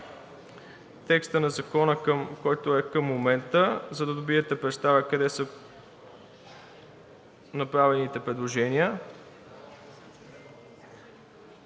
текста на Закона към момента, за да добиете представа къде са направените предложения.